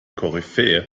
koryphäe